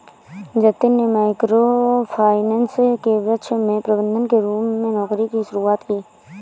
जतिन में micro finance के क्षेत्र में प्रबंधक के रूप में नौकरी की शुरुआत की